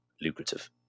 lucrative